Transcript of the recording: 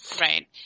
Right